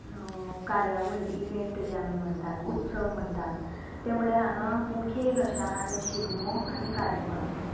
कार्यावळी इवेंट जे आमी म्हणटात उत्सव म्हणटात तें म्हणल्यार हांगा मुखेल अशे आहा ते शिगमो आनी कार्निवाल